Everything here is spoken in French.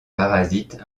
parasites